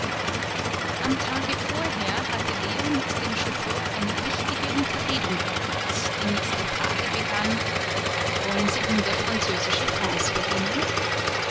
am tage vorher hatte leo mit dem chauffeur eine wichtige unterredung gehabt die mit der frage begann wollen sie hundert französische francs verdienen